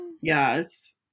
Yes